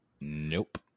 nope